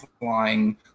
flying